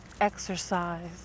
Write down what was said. exercise